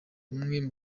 umwe